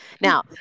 now